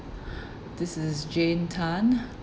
this is jane tan